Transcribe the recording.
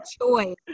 choice